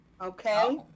Okay